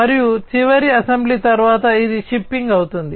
మరియు చివరి అసెంబ్లీ తరువాత ఇది షిప్పింగ్ అవుతుంది